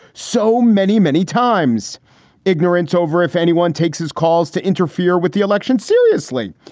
so many, many times ignorance over if anyone takes his calls to interfere with the election seriously.